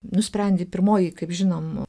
nusprendė pirmoji kaip žinom